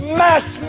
mass